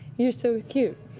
you're so cute.